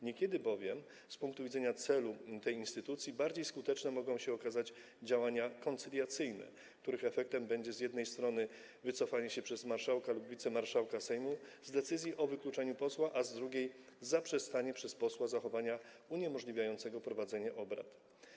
Niekiedy bowiem z punktu widzenia celu tej instytucji bardziej skuteczne mogą się okazać działania koncyliacyjne, których efektem będzie z jednej strony wycofanie się marszałka lub wicemarszałka Sejmu z decyzji o wykluczeniu posła, a z drugiej - zaprzestanie przez posła zachowania uniemożliwiającego prowadzenie obrad.